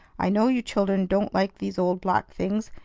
i know you children don't like these old black things,